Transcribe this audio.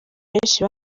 benshi